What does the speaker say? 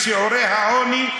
בשיעורי העוני,